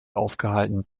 aufgehalten